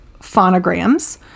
phonograms